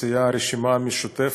הרשימה המשותפת.